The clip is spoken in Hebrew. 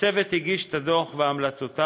הצוות הגיש את הדוח והמלצותיו